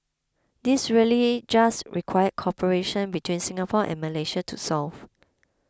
these really just required cooperation between Singapore and Malaysia to solve